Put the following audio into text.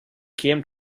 came